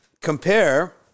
Compare